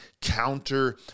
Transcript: counter